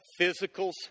physicals